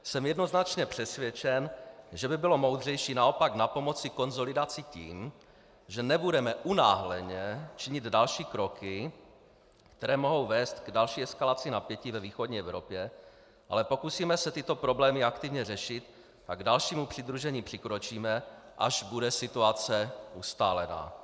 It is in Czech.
Jsem jednoznačně přesvědčen, že by bylo moudřejší naopak napomoci konsolidaci tím, že nebudeme unáhleně činit další kroky, které mohou vést k další eskalaci napětí ve východní Evropě, ale pokusíme se tyto problémy aktivně řešit a k dalšímu přidružení přikročíme, až bude situace ustálená.